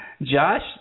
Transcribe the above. Josh